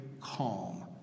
calm